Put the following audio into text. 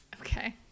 Okay